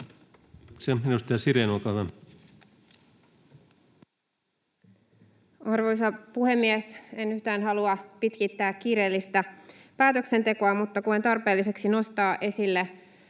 Time: 13:27 Content: Arvoisa puhemies! En yhtään halua pitkittää kiireellistä päätöksentekoa, mutta koen tarpeelliseksi nostaa esille